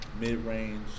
mid-range